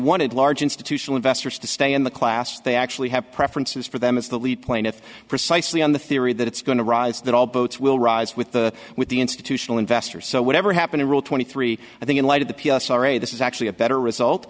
wanted large institutional investors to stay in the class they actually have preferences for them as the lead plaintiff precisely on the theory that it's going to rise that all boats will rise with the with the institutional investors so whatever happened to rule twenty three i think in light of the p s sorry this is actually a better result